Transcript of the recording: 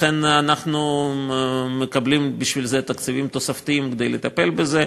לכן אנחנו מקבלים תקציבים תוספתיים כדי לטפל בזה.